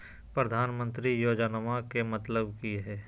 प्रधानमंत्री योजनामा के मतलब कि हय?